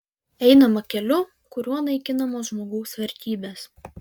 einama keliu kuriuo naikinamos žmogaus vertybės